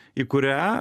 į kurią